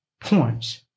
points